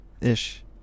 Ish